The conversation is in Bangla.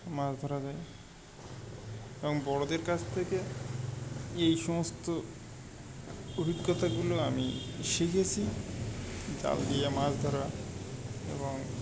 মাছ ধরা যায় এবং বড়দের কাছ থেকে এই সমস্ত অভিজ্ঞতাগুলো আমি শিখেছি জাল দিয়ে মাছ ধরা এবং